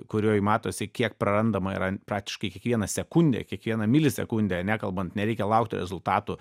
kurioj matosi kiek prarandama yra praktiškai kiekvieną sekundę kiekvieną milisekundę nekalbant nereikia laukti rezultatų